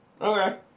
Okay